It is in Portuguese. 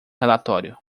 relatório